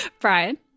Brian